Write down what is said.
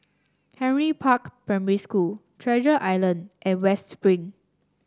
Henry Park Primary School Treasure Island and West Spring